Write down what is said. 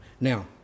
Now